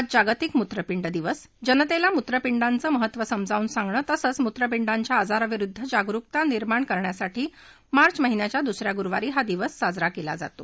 आज जागतिक मुत्रपिंड दिवस जनतेला मुत्रपिंडाच महत्व समजावून सांगण तसंच मुत्रपिंडाच्या आजराविषयी जागरुकता निर्माण करण्यासाठी मार्च महिन्याच्या दुस या गुरुवारी हा दिवस साजरा केला जातो